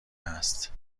هست